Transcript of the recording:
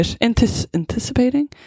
anticipating